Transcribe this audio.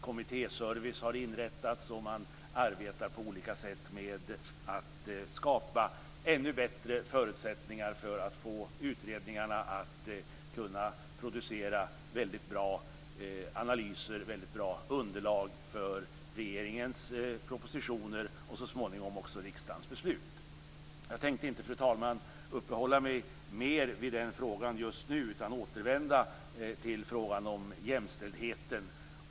Kommittéservice har inrättats, och man arbetar på olika sätt med att skapa ännu bättre förutsättningar för utredningarna att producera väldigt bra analyser och underlag för regeringens propositioner och så småningom också för riksdagens beslut. Jag tänker inte, fru talman, uppehålla mig mer vid denna fråga just nu, utan återvänder till frågan om jämställdheten.